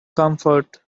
comfort